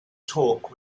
talk